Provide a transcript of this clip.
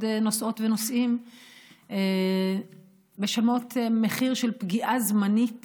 נוסעות ונוסעים משלמות מחיר של פגיעה זמנית